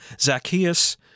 Zacchaeus